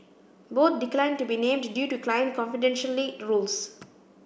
both declined to be named due to client confidentialy rules